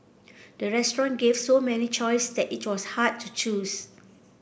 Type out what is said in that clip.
the restaurant gave so many choice that it was hard to choose